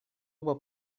оба